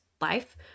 life